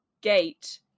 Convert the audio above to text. gate